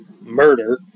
murder